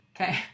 Okay